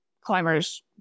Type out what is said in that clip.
climbers